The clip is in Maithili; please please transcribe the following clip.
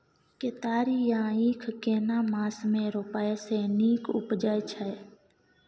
केतारी या ईख केना मास में रोपय से नीक उपजय छै?